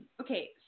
Okay